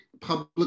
public